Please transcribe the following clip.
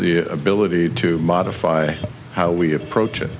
the ability to modify how we approach it